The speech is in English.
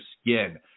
skin